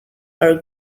are